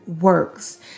works